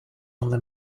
only